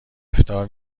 افطار